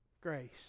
grace